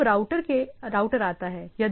तो अब राउटर आता है